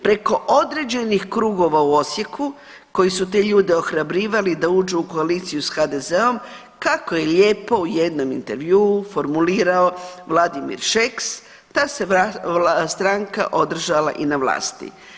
Preko određenih krugova u Osijeku koji su te ljude ohrabrivali da uđu u koaliciju s HDZ-om kako je lijepo u jednom intervjuu formiralo Vladimir Šeks ta se stranka održala i na vlasti.